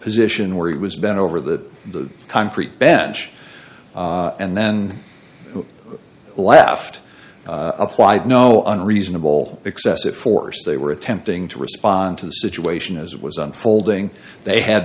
position where he was bent over the concrete bench and then left applied no unreasonable excessive force they were attempting to respond to the situation as it was unfolding they had